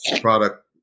product